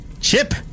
Chip